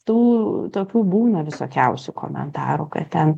tu tokių būna visokiausių komentarų kad ten